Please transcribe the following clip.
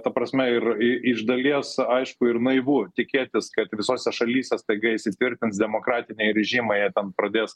ta prasme ir iš dalies aišku ir naivu tikėtis kad visose šalyse staiga įsitvirtins demokratiniai režimai ten pradės